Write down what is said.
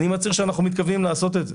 אנחנו מתכוונים לעשות את זה.